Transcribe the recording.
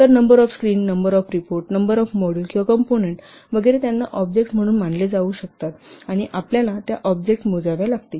तर number of screen number of report number of module किंवा component वगैरे त्यांना ऑब्जेक्ट म्हणून मानले जाऊ शकतात आणि आपल्याला त्या ऑब्जेक्ट मोजाव्या लागतील